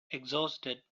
exhausted